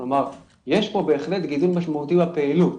כלומר יש פה בהחלט גידול משמעותי בפעילות.